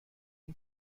این